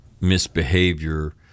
misbehavior